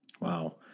wow